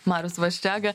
marius vaščega